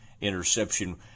interception